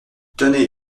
tenez